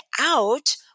out